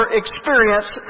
experience